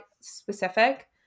specific